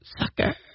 sucker